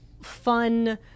Fun